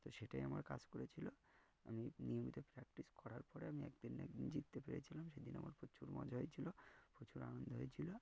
তো সেটাই আমার কাজ করেছিলো আমি নিয়মিত প্র্যাকটিস করার পরে আমি একদিন একদিন জিততে পেরেছিলাম সেদিন আমার প্রচুর মজা হয়েছিলো প্রচুর আনন্দ হয়েছিলো